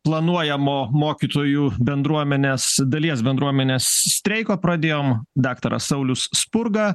planuojamo mokytojų bendruomenės dalies bendruomenės streiko pradėjom daktaras saulius spurga